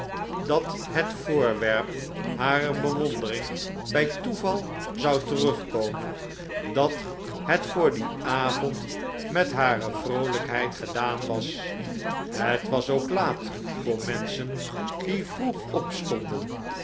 dat het voorwerp harer bewondering bij toeval zou terugkomen dat het voor dien avond met hare vroolijkheid gedaan was het was ook laat voor menschen die vroeg opstonden